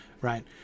right